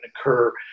occur